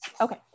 Okay